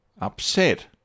upset